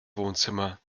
wohnzimmer